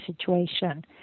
situation